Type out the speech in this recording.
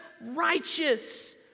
righteous